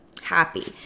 happy